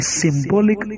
symbolic